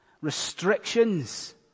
restrictions